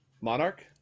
Monarch